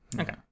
okay